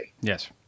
Yes